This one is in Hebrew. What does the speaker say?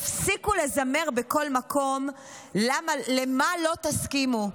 תפסיקו לזמר בכל מקום למה לא תסכימו,